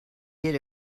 did